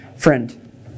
Friend